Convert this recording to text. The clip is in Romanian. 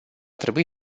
trebui